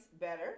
better